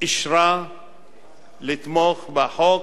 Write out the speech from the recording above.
אישרה לתמוך בחוק,